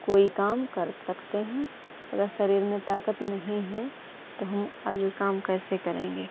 कोई काम कर सकते हैं अगर शरीर में ताकत नहीं है तो हम आगे काम कैसे करेंगे